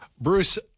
Bruce